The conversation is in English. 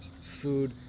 food